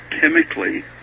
chemically